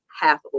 half